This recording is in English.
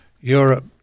Europe